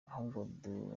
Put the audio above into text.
ahubwo